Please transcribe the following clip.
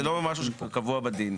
זה לא משהו שהוא קבוע בדין.